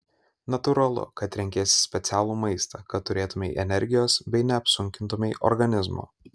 natūralu kad renkiesi specialų maistą kad turėtumei energijos bei neapsunkintumei organizmo